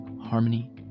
harmony